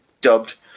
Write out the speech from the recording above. dubbed